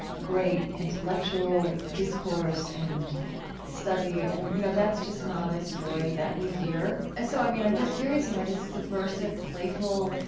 great intellectual discourse and study and, you know, that's just not a story that we hear right so i mean, i'm just curious, you know? this subversive, playful,